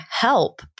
help